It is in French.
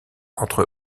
entre